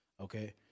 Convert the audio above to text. okay